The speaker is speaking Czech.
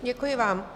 Děkuji vám.